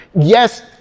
Yes